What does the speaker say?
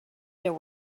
there